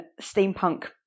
steampunk